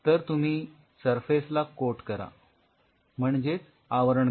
तर तुम्ही सरफेस ला कोट करा म्हणजेच आवरण घाला